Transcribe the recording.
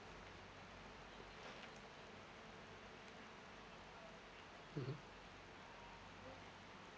mmhmm